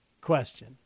question